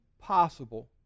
possible